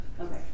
Okay